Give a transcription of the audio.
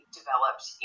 developed